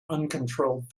uncontrolled